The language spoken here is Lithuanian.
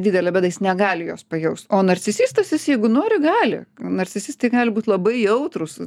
didelė bėda jis negali jos pajaust o narcisistas jis jeigu nori gali narcisistai gali būt labai jautrūs